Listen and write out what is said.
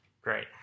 great